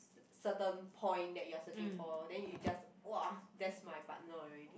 s~ certain point that you are searching for then you just !wah! that's my partner already